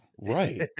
Right